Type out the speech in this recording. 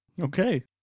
Okay